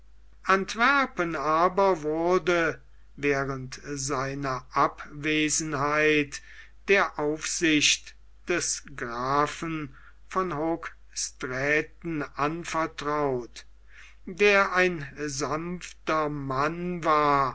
antwerpen aber wurde während seiner abwesenheit der aufsicht des grafen von hoogstraaten anvertraut der ein sanfter mann war